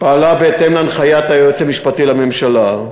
פעלה בהתאם להנחיית היועץ המשפטי לממשלה,